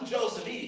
Joseph